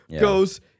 goes